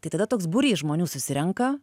tai tada toks būrys žmonių susirenka